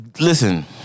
Listen